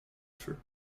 feu